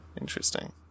Interesting